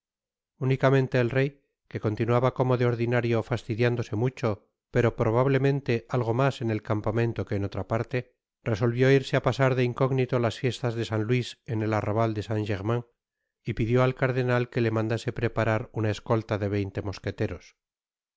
unicamente el rey que continuaba como je ordinario fastidiándose mucho pero probablemente algo mas en el campamento queden otra parte resolvió irse á pasar de incógnito las fiestas de san luis en el arrabal de saint-germain y pidió al cardenal que le mandase preparar una escolta de veinte mosqueteros